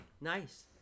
Nice